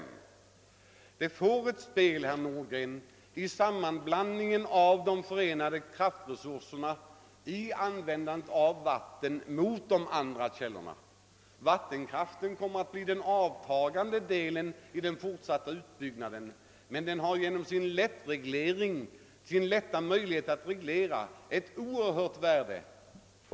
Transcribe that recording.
Vattenkraften, herr Nordgren, får sin betydelse när det gäller samspelet mellan de totala kraftresurserna. Vattenkraften kommer att bli den avtagande delen i den fortsatta utbyggnaden men genom att den lätt kan regleras har den ett oerhört värde.